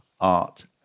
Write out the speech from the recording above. art